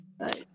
right